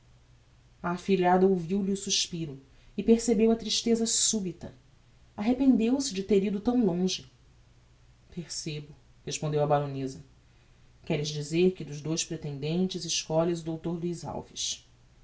afilhada ouviu-lhe o suspiro e percebeu a tristeza subita arrependeu-se de ter ido tão longe percebo respondeu a baroneza queres dizer que dos dous pretendentes escolhes o dr luiz alves